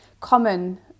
common